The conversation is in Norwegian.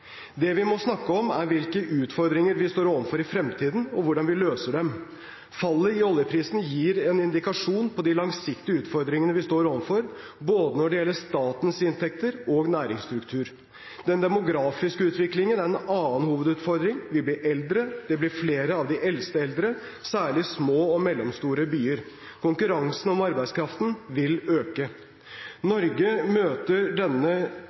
Det vi må snakke om, er hvilke utfordringer vi står overfor i fremtiden, og hvordan vi løser dem. Fallet i oljeprisen gir en indikasjon på de langsiktige utfordringene vi står overfor, når det gjelder både statens inntekter og næringsstruktur. Den demografiske utviklingen er en annen hovedutfordring. Vi blir eldre. Det blir flere av de eldste eldre, særlig i små og mellomstore byer. Konkurransen om arbeidskraften vil øke. Norge møter denne